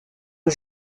aux